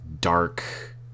dark